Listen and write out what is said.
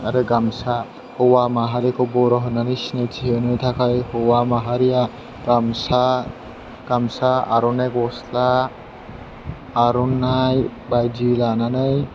आरो गामसा हौवा माहारिखौ बर' होननानै सिनायथि होनो थाखाय हौवा माहारिया गामसा गामसा आर'नाइ गस्ला आर'नाइ बायदि लानानै